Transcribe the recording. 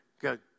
good